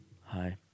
Hi